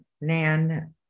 nan